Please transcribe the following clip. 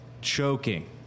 choking